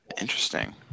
Interesting